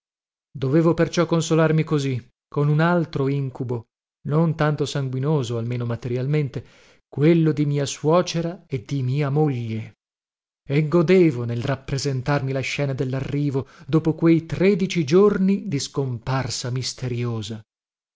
dovevo perciò consolarmi così con un altro incubo non tanto sanguinoso almeno materialmente quello di mia suocera e di mia moglie e godevo nel rappresentarmi la scena dellarrivo dopo quei tredici giorni di scomparsa misteriosa